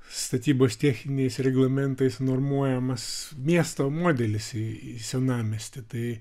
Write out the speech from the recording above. statybos techniniais reglamentais normuojamas miesto modelis į senamiestį tai